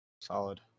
Solid